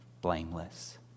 blameless